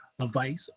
advice